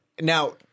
Now